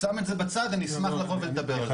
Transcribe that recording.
שם את זה בצד, אני אשמח לבוא ולדבר על זה.